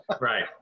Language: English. right